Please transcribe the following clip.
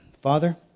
Father